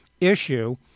issue